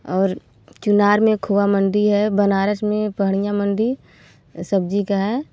और चुनार में खोवा मंडी है बनारस में बढ़िया मंडी सब्ज़ी का